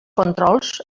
controls